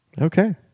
okay